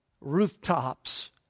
rooftops